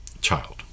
child